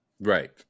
Right